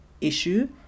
issue